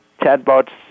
chatbots